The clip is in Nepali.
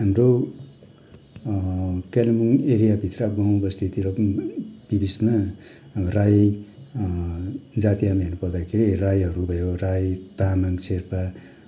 हाम्रो कालिम्पोङ्ग एरियाभित्र गाउँ बस्तीतिर पनि बी बिचमा अब राई जातीयमा हेर्नु पर्दाखेरि राईहरू भयो राई तामाङ सेर्पा